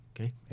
Okay